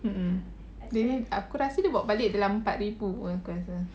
mm mm aku rasa dia bawa balik dalam empat ribu aku rasa